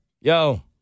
Yo